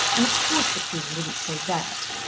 and of course the queen wouldn't say that.